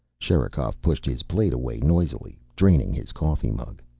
sherikov pushed his plate away noisily, draining his coffee mug.